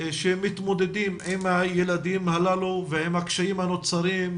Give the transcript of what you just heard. שמתמודדים עם הילדים הללו ועם הקשיים הנוצרים,